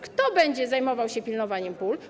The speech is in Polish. Kto będzie zajmował się pilnowaniem pól?